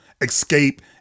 escape